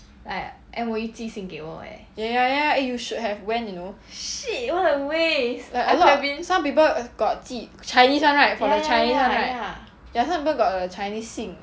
ya ya ya eh you should have went you know like a lot some people got 寄 chinese [one] right for the chinese [one] right ya some people got a chinese 信